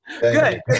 Good